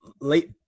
late